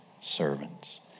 servants